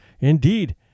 Indeed